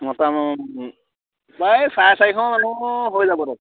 প্ৰায় চাৰে চাৰিশ মানুহ হৈ যাব তাত